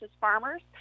farmers